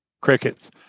Crickets